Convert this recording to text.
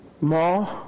more